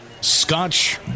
Scotch